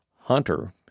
hunter